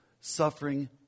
Suffering